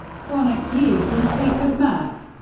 sonic youth, and fleetwood mac.